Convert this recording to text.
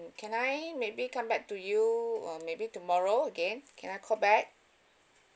can I maybe come back to you uh maybe tomorrow again can I call back